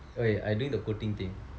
wait I doing the quoting thing